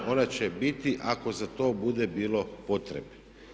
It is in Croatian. Ona će biti ako za to bude bilo potrebe.